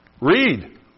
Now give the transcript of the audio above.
Read